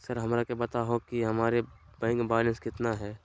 Sir हमरा के बताओ कि हमारे बैंक बैलेंस कितना है?